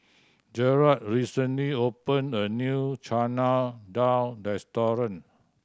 Jerad recently opened a new Chana Dal restaurant